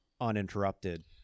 uninterrupted